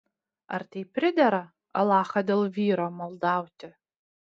ar tai pridera alachą dėl vyro maldauti